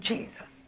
Jesus